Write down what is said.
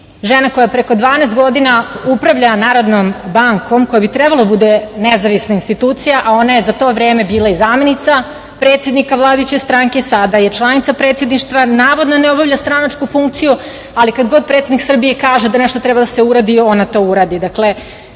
Žena koja preko 12 godina upravlja Narodnom bankom koja bi trebalo da bude nezavisna institucija, a ona je za to vreme bila i zamenica predsednika vladajuće stranke, sada i članica predsedništva, navodno ne obavlja stranačku funkciju ali kad god predsednik Srbije kaže da nešto treba da se uradi ona to uradi. Dakle,